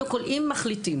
אם מחליטים